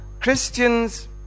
Christians